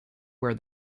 where